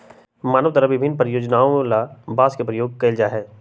मानव द्वारा विभिन्न प्रयोजनों ला बांस के उपयोग कइल जा हई